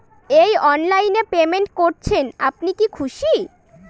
এই অনলাইন এ পেমেন্ট করছেন আপনি কি খুশি?